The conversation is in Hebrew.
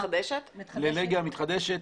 לאנרגיה מתחדשת.